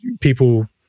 people